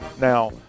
Now